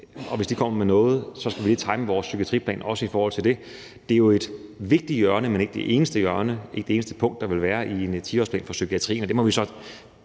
Og hvis det kommer med noget, skal vi lige time psykiatriplanen også i forhold til det. Det er jo et vigtigt hjørne, men ikke det eneste hjørne eller punkt, der vil være i en 10-årsplan for psykiatrien. Det må vi så